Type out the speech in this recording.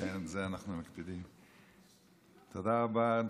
תודה רבה.